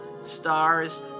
stars